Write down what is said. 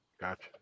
Gotcha